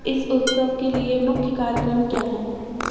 इस उत्सव के लिए मुख्य कार्यक्रम क्या हैं